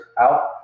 out